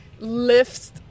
lifts